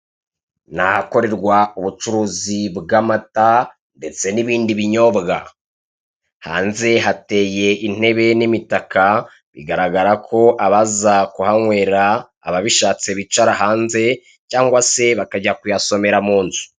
Ntahakorerwa ubucuruzi bw,amata ndetse nibindi binyobwa hanze hateye intebe ni imitaka bigararagako abaza kuya hanywera bicara hanze cyangwa bakajya ku yanywera munzu akabariho bayanywera.